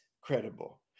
credible